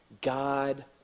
God